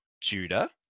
Judah